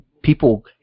people